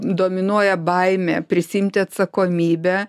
dominuoja baimė prisiimti atsakomybę